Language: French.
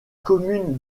commune